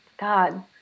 God